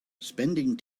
spending